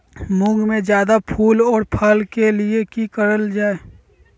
मुंग में जायदा फूल और फल के लिए की करल जाय?